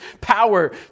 power